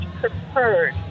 preferred